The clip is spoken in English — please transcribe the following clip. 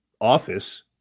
office